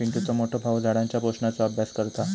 पिंटुचो मोठो भाऊ झाडांच्या पोषणाचो अभ्यास करता